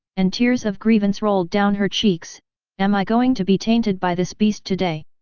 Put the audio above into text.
and tears of grievance rolled down her cheeks am i going to be tainted by this beast today?